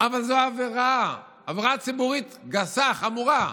אבל זו עבירה, עבירה ציבורית גסה, חמורה.